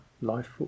life